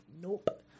Nope